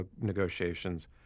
negotiations